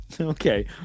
Okay